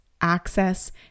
access